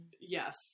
yes